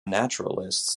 naturalists